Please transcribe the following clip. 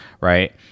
right